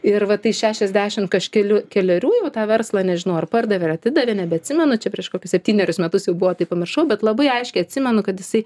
ir va tai šešiasdešimt kažkelių kelerių vat tą verslą nežinau ar pardavė ar atidavė nebeatsimenu čia prieš kokius septynerius metus jau buvo tai pamiršau bet labai aiškiai atsimenu kad jisai